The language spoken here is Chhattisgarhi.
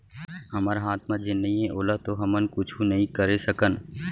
हमर हाथ म जेन नइये ओला तो हमन कुछु नइ करे सकन